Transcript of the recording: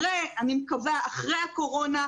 אני מקווה אחרי הקורונה,